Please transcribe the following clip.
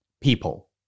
people